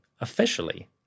officially